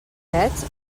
pets